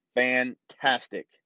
fantastic